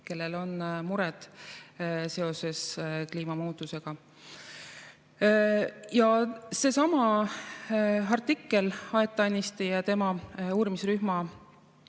kellel on mured seoses kliimamuutusega. Ja seesama artikkel Aet Annisti uurimisrühma